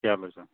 چلو چل